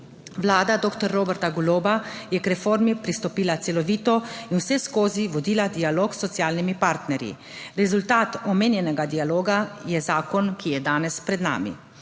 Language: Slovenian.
Vlada doktor Roberta Goloba je k reformi pristopila celovito in vseskozi vodila dialog s socialnimi partnerji. Rezultat omenjenega dialoga je zakon, ki je danes pred nami.